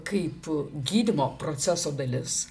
kaip gydymo proceso dalis